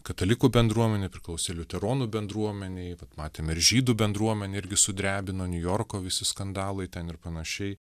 katalikų bendruomenei priklausė liuteronų bendruomenei vat matėm ir žydų bendruomenę irgi sudrebino niujorko visi skandalai ten ir panašiai